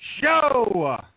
Show